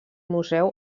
museu